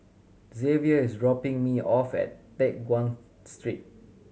Zavier is dropping me off at Teck Guan Street